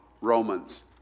Romans